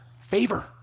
Favor